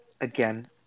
again